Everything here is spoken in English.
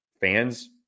fans